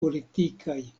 politikaj